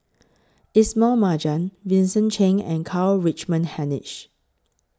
Ismail Marjan Vincent Cheng and Karl Rich men Hanitsch